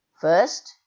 First